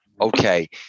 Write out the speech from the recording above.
Okay